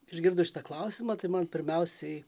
išgirdus šitą klausimą tai man pirmiausiai